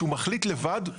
כשהוא מחליט לבד,